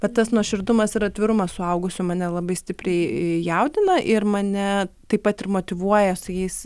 bet tas nuoširdumas ir atvirumas suaugusių mane labai stipriai jaudina ir mane taip pat ir motyvuoja su jais